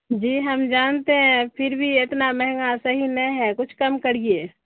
جی ہم جانتے ہیں پھر بھی اتنا مہنگا صحیح نہیں ہے کچھ کم کریے